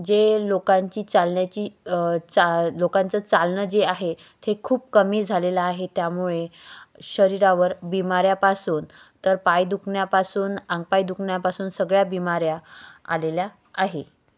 जे लोकांची चालण्याची चा लोकांचं चालणं जे आहे तेे खूप कमी झालेलं आहे त्यामुळे शरीरावर बिमाऱ्यापासून तर पाय दुखण्यापासून अंगपाय दुखण्यापासून सगळ्या बिमाऱ्या आलेल्या आहे